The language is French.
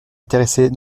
intéressés